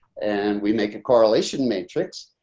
and we make a correlation matrix.